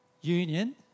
Union